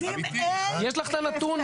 יש לך את הנתון?